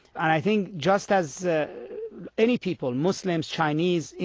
and i think just as ah any people, muslims, chinese,